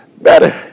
better